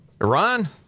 Iran